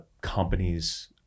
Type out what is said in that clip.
companies